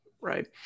right